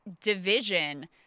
division